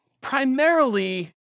primarily